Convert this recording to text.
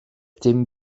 dim